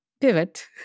pivot